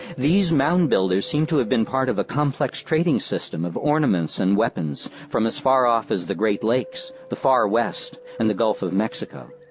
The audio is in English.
these mound builders seem to have been part of a complex trading system of ornaments and weapons from as far off as the great lakes, the far west, and the gulf of mexico.